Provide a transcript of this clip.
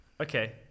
Okay